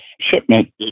shipment